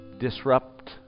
Disrupt